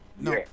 No